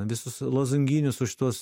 visus lozonginius va šituos